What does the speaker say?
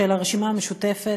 של הרשימה המשותפת,